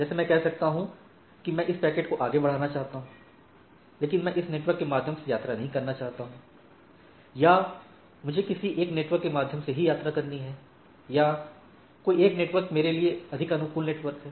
जैसे मैं कह सकता हूं कि मैं इस पैकेट को आगे बढ़ाना चाहता हूं लेकिन मैं इस नेटवर्क के माध्यम से यात्रा नहीं करना चाहता हूं या मुझे किसी एक नेटवर्क के माध्यम से ही यात्रा करनी है या कोई एक नेटवर्क मेरे लिया अधिक अनुकूल नेटवर्क हैं